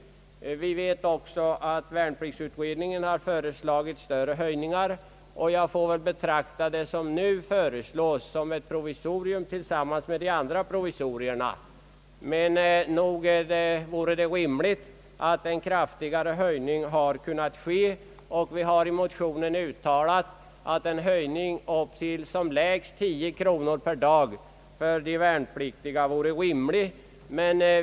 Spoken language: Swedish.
Vi vet också att värnpliktsutredningen har föreslagit större höjningar. Jag får därför betrakta det som nu föreslås som ett provisorium tillsammans med de övriga provisorierna. Nog vore det ändå önskvärt med en kraftigare höjning. I motionen har vi uttalat att en höjning till lägst 10 kronor per dag för de värnpliktiga vore rimlig.